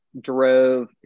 drove